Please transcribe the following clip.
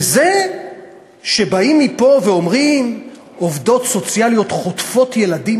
וזה שבאים ומפה אומרים: עובדות סוציאליות חוטפות ילדים,